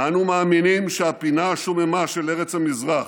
אנו מאמינים שהפינה השוממה של ארץ המזרח,